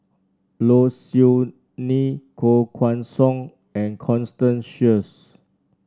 Low Siew Nghee Koh Guan Song and Constance Sheares